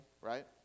right